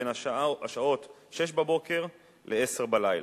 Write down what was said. בין 06:00 ל-22:00,